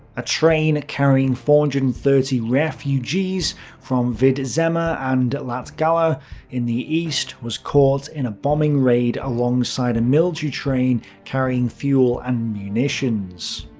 a train carrying four hundred and thirty refugees from vidzeme ah and latgale ah in the east was caught in a bombing raid alongside a and military train carrying fuel and munitions.